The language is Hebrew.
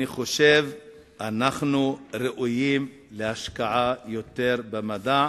אני חושב שאנחנו ראויים ליותר השקעה במדע,